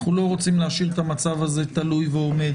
אנחנו לא רוצים להשאיר את המצב הזה תלוי ועומד.